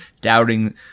doubting